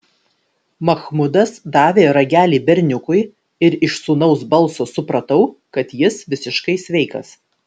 machmudas davė ragelį berniukui ir iš sūnaus balso supratau kad jis visiškai sveikas